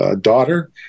daughter